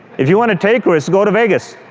if you want to take risks, go to vegas.